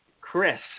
Chris